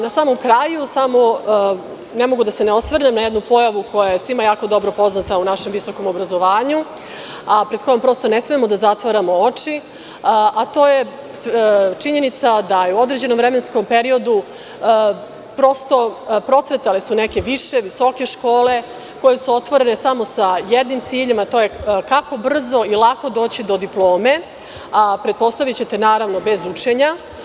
Na samom kraju, ne mogu da se ne osvrnem na jednu pojavu koja je svima jako dobro poznata u našem visokom obrazovanju, a pred kojom ne smemo da zatvaramo oči, a to je činjenica da su u određenom vremenskom periodu procvetale neke više, visoke škole koje su otvorene samo sa jednim ciljem – kako brzo i lako doći do diplome, pretpostavićete, naravno, bez učenja.